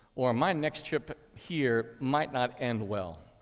or my next trip here might not end well.